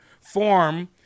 form